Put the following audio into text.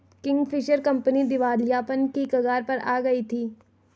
Kingfisher company दिवालियापन की कगार पर आ गई थी